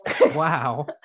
wow